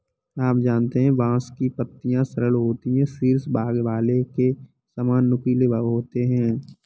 आप जानते है बांस की पत्तियां सरल होती है शीर्ष भाग भाले के सामान नुकीले होते है